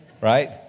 right